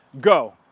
go